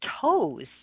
toes